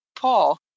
Paul